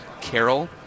Carol